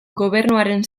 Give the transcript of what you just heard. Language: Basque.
gobernuaren